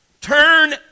Turn